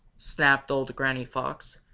snapped old granny fox,